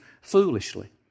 foolishly